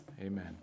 Amen